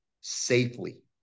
safely